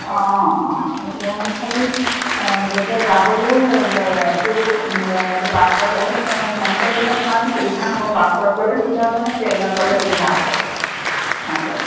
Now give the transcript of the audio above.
অঁ অঁ এতিয়া আমি খালী এতিয়া যাবলৈ এইটো এতিয় বাছ বা কেনেকৈ গ'লে আমাৰ সুবিধা হ'ব বাছত গ'লে সুবিধা হ'বনে ট্ৰেইনত গ'লে সুবিধা হ'ব